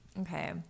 okay